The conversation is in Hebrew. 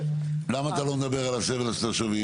למה אתה לא מדבר על הסבל של התושבים?